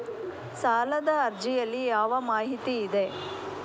ಸಾಲದ ಅರ್ಜಿಯಲ್ಲಿ ಯಾವ ಮಾಹಿತಿ ಇದೆ?